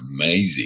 amazing